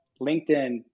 LinkedIn